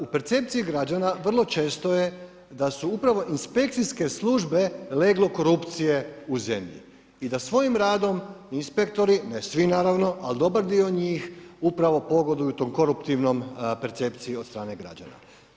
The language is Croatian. U percepciji građana vrlo često je da su upravo inspekcijske službe leglo korupcije u zemlji i da svojim radom inspektori, ne svi naravno, ali dobar dio njih, upravo pogoduju toj koruptivnoj percepciji o d strane građana.